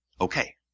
Okay